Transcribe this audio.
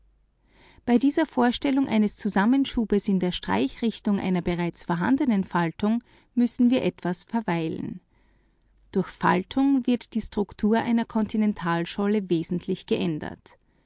bei dieser vorstellung eines zusammenschubes in der streichrichtung einer bereits vorhandenen faltung müssen wir etwas verweilen durch faltung wird die struktur einer kontinentalscholle wesentlich verändert